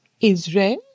Israel